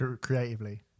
creatively